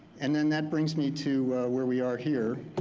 and then that brings me to where we are here.